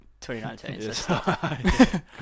2019